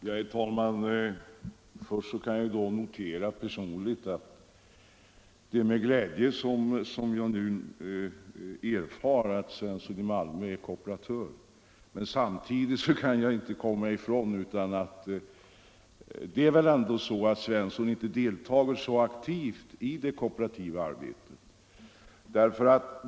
Herr talman! Först kan jag personligt notera med glädje att herr Svensson i Malmö är kooperatör, men samtidigt kan jag inte komma ifrån att det väl ändå är så att herr Svensson inte deltar aktivt i det kooperativa arbetet.